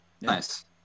Nice